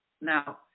Now